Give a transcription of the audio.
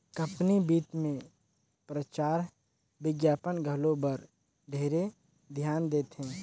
company बित मे परचार बिग्यापन घलो बर ढेरे धियान देथे